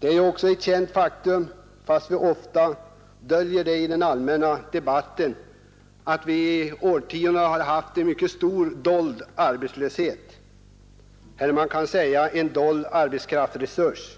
Det är ju också ett känt faktum, fast vi ofta döljer det i den allmänna debatten, att vi i årtionden har haft en mycket stor dold arbetslöshet — eller man kan säga en dold arbetskraftsresurs.